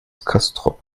castrop